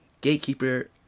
Gatekeeper